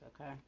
Okay